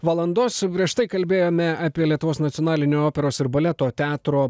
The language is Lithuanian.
valandos prieš tai kalbėjome apie lietuvos nacionalinio operos ir baleto teatro